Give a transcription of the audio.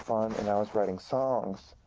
fun, and i was writing songs.